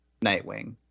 Nightwing